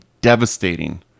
devastating